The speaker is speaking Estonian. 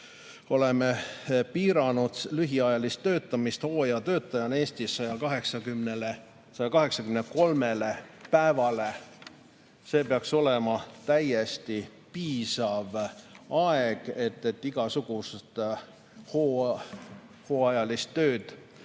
oleme piiranud lühiajalist töötamist, hooajatöötaja töötamist Eestis 183 päevani. See peaks olema täiesti piisav aeg, et igasugust hooajalist tööd